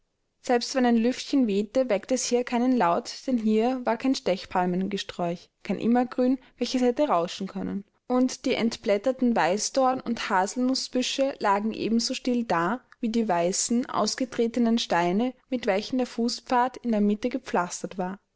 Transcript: selbst wenn ein lüftchen wehte weckte es hier keinen laut denn hier war kein stechpalmengesträuch kein immergrün welches hätte rauschen können und die entblätterten weißdorn und haselnußbüsche lagen ebenso still da wie die weißen ausgetretenen steine mit welchen der fußpfad in der mitte gepflastert war